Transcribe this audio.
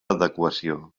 adequació